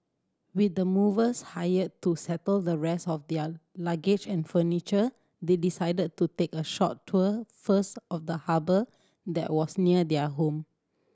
with the movers hired to settle the rest of their luggage and furniture they decided to take a short tour first of the harbour that was near their home